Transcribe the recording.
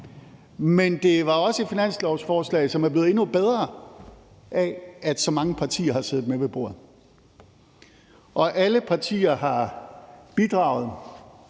Men det er også et finanslovsforslag, som er blevet endnu bedre af, at så mange partier sad med ved bordet. Og alle partier har bidraget.